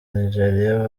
nigeria